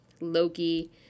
Loki